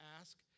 Ask